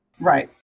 Right